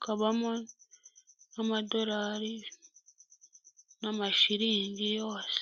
cy'u Rwanda, babahagaritse ku mpande kugira ngo hataba impanuka ndetse n'abari mu irushanwa babashe gusiganwa nta nkomyi.